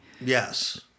Yes